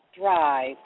Drive